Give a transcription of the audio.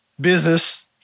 business